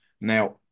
now